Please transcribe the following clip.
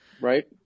Right